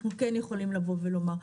אנחנו כן יכולים לבוא ולומר.